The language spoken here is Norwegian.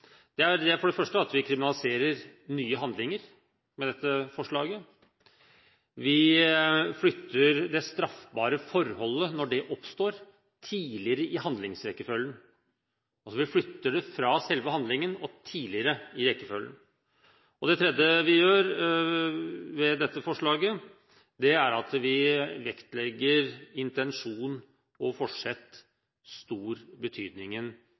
denne saken. Det er for det første at vi med dette foreslår å kriminalisere nye handlinger. Vi flytter det straffbare forholdet, når det oppstår, tidligere i handlingsrekkefølgen. Vi flytter det altså fra selve handlingen til et tidligere stadium i handlingsrekken. Det tredje vi gjør, er at vi legger stor vekt på intensjon og